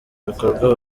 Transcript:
bikorwa